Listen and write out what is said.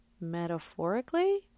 metaphorically